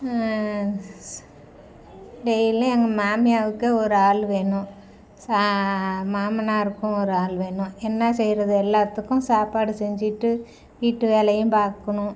ஸ் டெய்லி எங்க மாமியாருக்கு ஒரு ஆள் வேணும் சா மாமனாருக்கும் ஒரு ஆள் வேணும் என்ன செய்யறது எல்லாத்துக்கும் சாப்பாடு செஞ்சுட்டு வீட்டு வேலையும் பார்க்கணும்